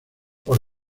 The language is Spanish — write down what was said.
por